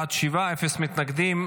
בעד, שבעה, אפס מתנגדים.